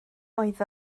oedd